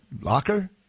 Locker